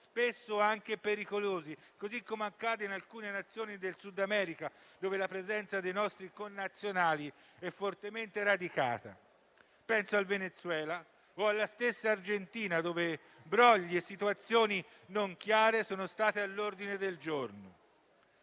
spesso anche pericolosi, così come accade in alcuni Paesi del Sud America, dove la presenza dei nostri connazionali è fortemente radicata: penso al Venezuela o alla stessa Argentina, dove brogli e situazioni non chiare sono all'ordine del giorno.